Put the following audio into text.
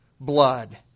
blood